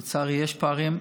לצערי, יש פערים.